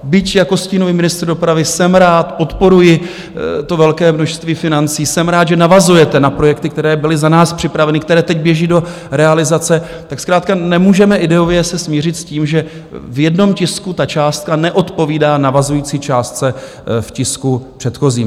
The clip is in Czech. Byť jako stínový ministr dopravy jsem rád, podporuji to velké množství financí, jsem rád, že navazujete na projekty, které byly za nás připraveny, které teď běží do realizace, tak zkrátka nemůžeme ideově se smířit s tím, že v jednom tisku ta částka neodpovídá navazující částce v tisku předchozím.